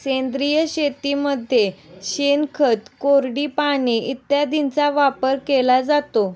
सेंद्रिय शेतीमध्ये शेणखत, कोरडी पाने इत्यादींचा वापर केला जातो